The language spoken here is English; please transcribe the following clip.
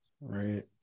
right